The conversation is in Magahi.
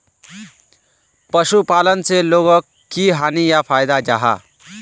पशुपालन से लोगोक की हानि या फायदा जाहा?